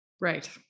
right